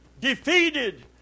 defeated